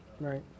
Right